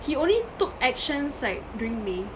he only took action like during may